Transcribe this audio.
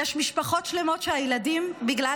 יש משפחות שלמות שבהן הילדים ברגרסיה